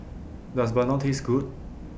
Does Bandung Taste Good